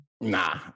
Nah